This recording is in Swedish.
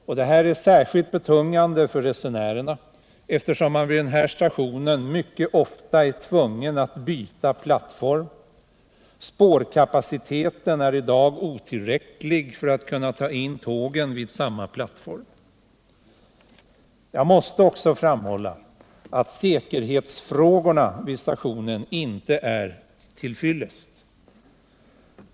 Dessa förhållanden är särskilt betungande för resenärerna eftersom man vid denna station mycket ofta är tvungen att byta plattform. Spårkapaciteten i dag är otillräcklig för att ta in tågen vid samma plattform. Jag måste också framhålla att säkerheten vid stationen inte är till fyllest.